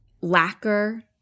lacquer